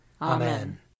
Amen